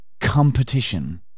competition